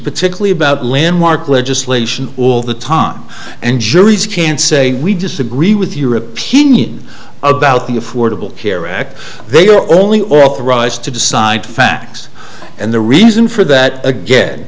particularly about landmark legislation all the time and juries can say we disagree with your opinion about the affordable care act they are only authorized to decide facts and the reason for that again